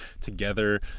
together